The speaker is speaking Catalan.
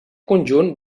conjunt